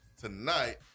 tonight